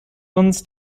uns